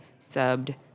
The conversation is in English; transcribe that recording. subbed